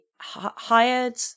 hired